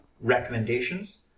recommendations